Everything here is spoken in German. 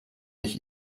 ich